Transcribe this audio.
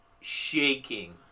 shaking